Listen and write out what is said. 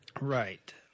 Right